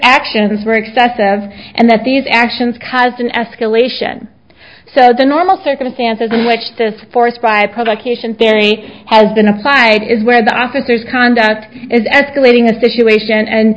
actions were excessive and that these actions caused an escalation so the normal circumstances in which this force by provocation theory has been applied is where the officers conduct is escalating a situation and